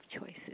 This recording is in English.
choices